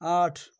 आठ